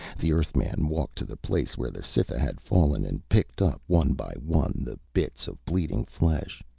the earthman walked to the place where the cytha had fallen and picked up, one by one, the bits of bleeding flesh.